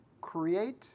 create